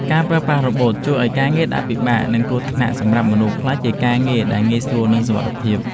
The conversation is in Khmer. ការប្រើប្រាស់រ៉ូបូតជួយឱ្យការងារដែលពិបាក និងគ្រោះថ្នាក់សម្រាប់មនុស្សក្លាយជាការងារដែលងាយស្រួលនិងសុវត្ថិភាព។